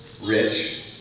Rich